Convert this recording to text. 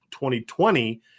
2020